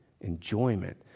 enjoyment